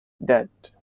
dead